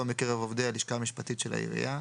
מקרב עובדי הלשכה המשפטית של העירייה,